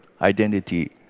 identity